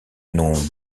nom